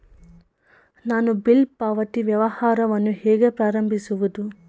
ನಾನು ಬಿಲ್ ಪಾವತಿ ವ್ಯವಹಾರವನ್ನು ಹೇಗೆ ಪ್ರಾರಂಭಿಸುವುದು?